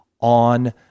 on